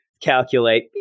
Calculate